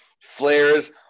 flares